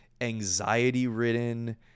anxiety-ridden